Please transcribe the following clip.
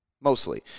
mostly